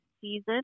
season